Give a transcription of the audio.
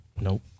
Nope